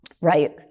Right